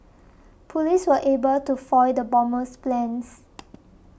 police were able to foil the bomber's plans